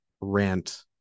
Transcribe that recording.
rant